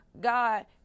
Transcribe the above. God